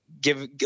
give